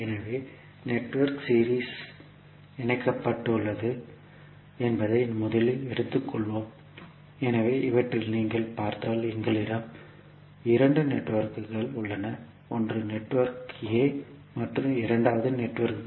எனவே network series இணைக்கப்பட்டுள்ளது என்பதை முதலில் எடுத்துக் கொள்வோம் எனவே இவற்றில் நீங்கள் பார்த்தால் எங்களிடம் இரண்டு நெட்வொர்க்குகள் உள்ளன ஒன்று நெட்வொர்க் a மற்றும் இரண்டாவது நெட்வொர்க் b